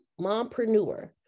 mompreneur